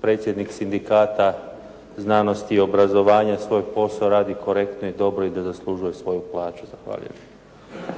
predsjednik sindikata znanosti i obrazovanja svoj posao radi korektno i dobro i da zaslužuje svoju plaću. Zahvaljujem. **Friščić, Josip